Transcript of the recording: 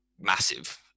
massive